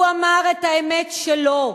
הוא אמר את האמת שלו,